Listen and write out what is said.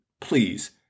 please